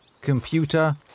computer